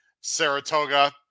Saratoga